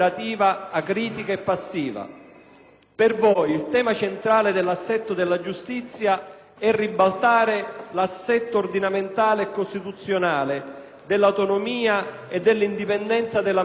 - il tema centrale dell'assetto della giustizia è ribaltare l'assetto ordinamentale e costituzionale dell'autonomia e dell'indipendenza della magistratura.